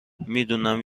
میدونم